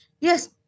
Yes